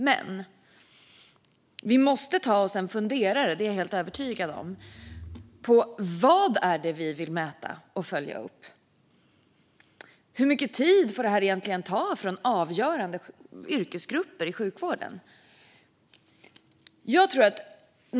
Men jag är helt övertygad om att vi måste ta oss en funderare på vad det är vi vill mäta och följa upp och hur mycket tid det här egentligen får ta från avgörande yrkesgrupper i sjukvården.